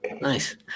nice